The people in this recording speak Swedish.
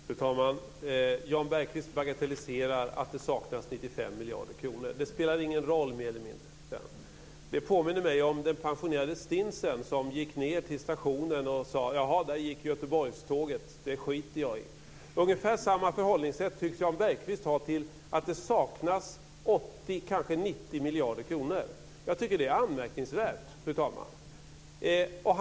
Fru talman! Jan Bergqvist bagatelliserar att det saknas 95 miljarder kronor. Det spelar ingen roll, säger han. Det påminner mig om den pensionerade stinsen som gick ned till stationen och sade: Jaha, där gick Göteborgståget. Det skiter jag i. Jan Bergqvist tycks ha ungefär samma förhållningssätt till att det saknas 80 kanske 90 miljarder kronor. Jag tycker att det är anmärkningsvärt, fru talman.